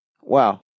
Wow